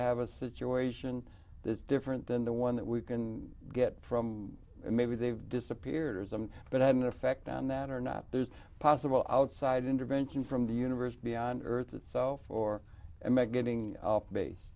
have a situation is different than the one that we can get from maybe they've disappeared as i'm but i had an effect on that or not there's possible outside intervention from the universe beyond earth itself or i make getting up base